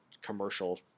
commercial